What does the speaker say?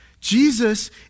Jesus